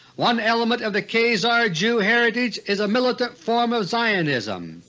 one element of the khazar jew heritage is a militant form of zionism.